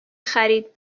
خرید